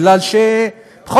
כי,